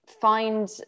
find